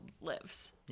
lives